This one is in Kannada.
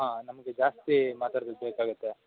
ಹಾಂ ನಮಗೆ ಜಾಸ್ತಿ ಬೇಕಾಗುತ್ತೆ